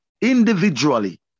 individually